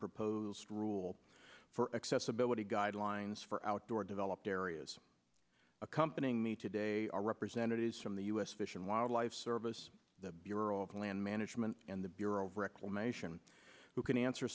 proposed rule for accessibility guidelines for outdoor developed areas accompanying me today are representatives from the u s fish and wildlife service the bureau of land management and the bureau of reclamation who can answer